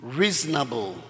reasonable